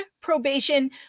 probation